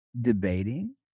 debating